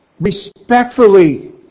respectfully